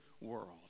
world